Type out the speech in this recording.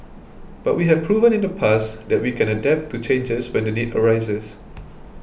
but we have proven in the past that we can adapt to changes when the need arises